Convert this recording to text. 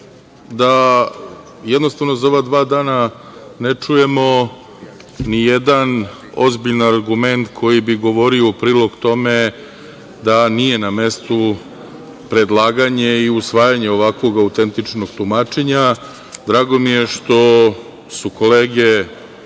zadovoljstvo da za ova dva dane ne čujemo ni jedan ozbiljan argument koji bi govorio u prilog tome da nije na mestu predlaganje i usvajanje ovakvog autentičnog tumačenja. Drago mi je što su kolege